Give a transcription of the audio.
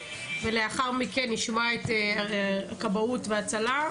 אדוני, ולאחר מכן נשמע את אנשי כבאות והצלה.